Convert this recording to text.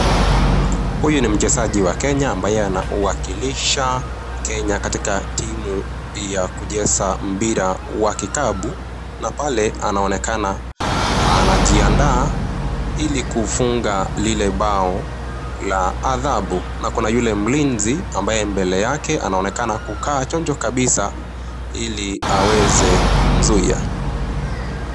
Huyu ni mchezaji wa Kenya ambaye anawakilisha Kenya katika timu ya kucheza mpira wa kikapu na pale anaonekana anajiandaa ili kufunga lile bao la adhabu na kuna yule mlinzi ambaye mbele yake anaonekana kukaa chonjo kabisa ili aweze kumzuia.